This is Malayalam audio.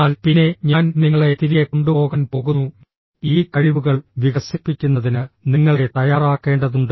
എന്നാൽ പിന്നെ ഞാൻ നിങ്ങളെ തിരികെ കൊണ്ടുപോകാൻ പോകുന്നു ഈ കഴിവുകൾ വികസിപ്പിക്കുന്നതിന് നിങ്ങളെ തയ്യാറാക്കേണ്ടതുണ്ട്